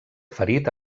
ferit